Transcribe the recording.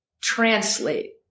translate